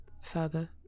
further